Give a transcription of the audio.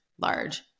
large